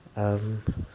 err